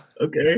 okay